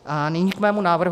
A nyní k mému návrhu.